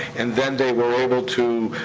and then they were able to.